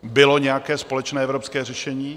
Bylo nějaké společné evropské řešení?